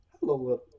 hello